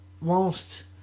whilst